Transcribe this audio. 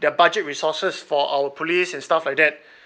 their budget resources for our police and stuff like that